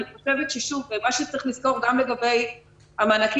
אני חושבת שצריך לזכור גם לגבי המענקים